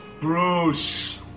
Bruce